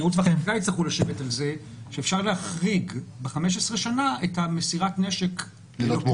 הניסיון מלמד שגם אי אפשר אחרי זה להחזיר את הגלגל אחורה.